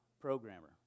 programmer